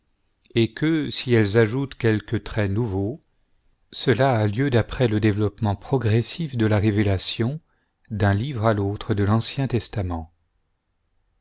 et que si elles ajoutent quelques traits nouveaux cela a lieu d'après le développement progressif de la révélation d'un livre à l'autre de l'ancien testament